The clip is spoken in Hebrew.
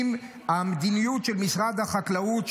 עם המדיניות של משרד החקלאות,